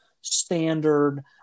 standard